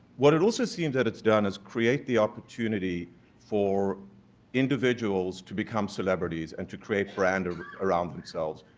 what it also seems that it's done is create the opportunity for individuals to become celebrities and to create brand around themselves.